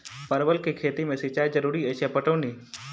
परवल केँ खेती मे सिंचाई जरूरी अछि या पटौनी?